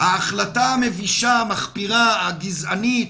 ההחלטה המבישה, המחפירה, הגזענית